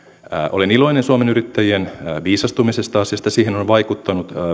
olen iloinen suomen yrittäjien viisastumisesta asiassa siihen on vaikuttanut